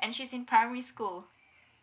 and she's in primary school